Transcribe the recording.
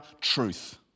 truth